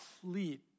complete